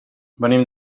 venim